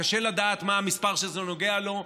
קשה לדעת מה המספר שזה נוגע לו,